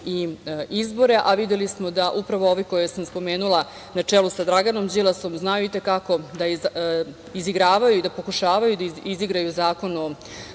izbore, a videli smo da upravo ovi koje sam spomenula na čelu sa Draganom Đilasom znaju i te kako da izigravaju, pokušavaju da izigraju Zakon o